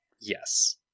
Yes